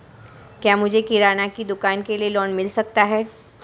क्या मुझे किराना की दुकान के लिए लोंन मिल सकता है?